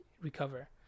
Recover